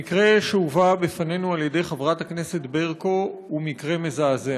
המקרה שהובא בפנינו על-ידי חברת הכנסת ברקו הוא מקרה מזעזע,